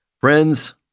Friends